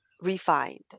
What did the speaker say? refined